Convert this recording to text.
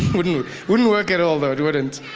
wouldn't wouldn't work at all though, it wouldn't